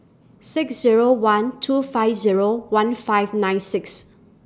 six Zero one two five Zero one five nine six